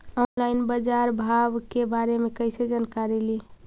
Online बाजार भाव के बारे मे कैसे जानकारी ली?